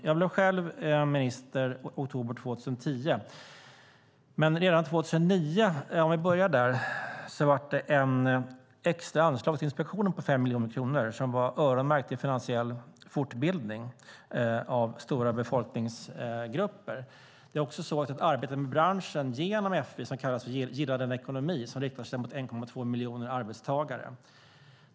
Jag blev minister i oktober 2010, men redan 2009 gavs ett extra anslag på 5 miljoner kronor till Finansinspektionen. Anslaget var öronmärkt för finansiell fortbildning av stora befolkningsgrupper. Ett arbete med branschen genom FI, kallat Gilla din ekonomi, riktar sig till 1,2 miljoner arbetstagare.